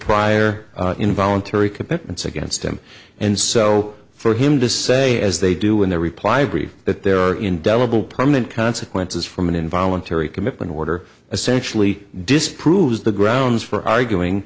prior involuntary commitments against him and so for him to say as they do in their reply brief that there are indelible permanent consequences from an involuntary commitment order essentially disproves the grounds for arguing